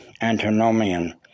antinomian